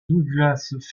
douglas